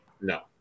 No